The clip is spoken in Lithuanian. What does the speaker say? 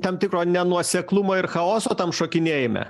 tam tikro nenuoseklumo ir chaoso tam šokinėjime